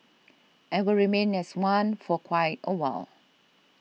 and will remain as one for quite a while